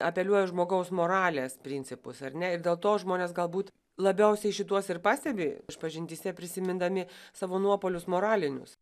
apeliuoja į žmogaus moralės principus ar ne ir dėl to žmonės galbūt labiausiai šituos ir pastebi išpažintyse prisimindami savo nuopuolius moralinius